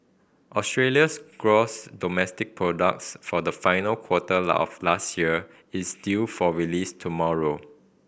Australia's gross domestic products for the final quarter of last year is due for release tomorrow